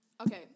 Okay